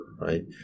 right